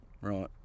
Right